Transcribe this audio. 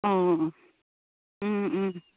অঁ